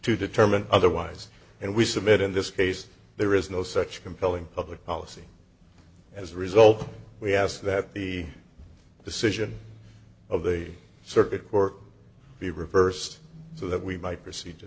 to determine otherwise and we submit in this case there is no such compelling public policy as a result we asked that the decision of the circuit or be reversed so that we might proceed to